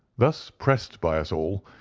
thus pressed by us all,